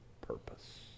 purpose